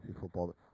football